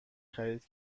خرید